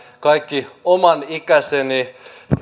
kaikki omanikäiseni